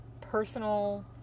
personal